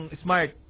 smart